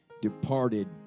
departed